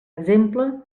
exemple